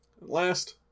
Last